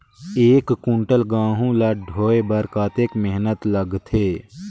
एक कुंटल गहूं ला ढोए बर कतेक मेहनत लगथे?